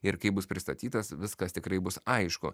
ir kaip bus pristatytas viskas tikrai bus aišku